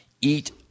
eat